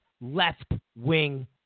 left-wing